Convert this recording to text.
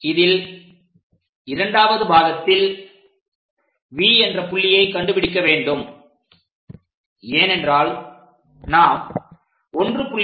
இதில் இரண்டாவது பாகத்தில் V என்ற புள்ளியை கண்டுபிடிக்க வேண்டும் ஏனென்றால் நாம் 1